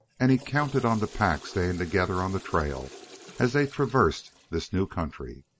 and he counted on the pack staying together on the trail as they traversed this new country.